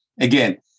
Again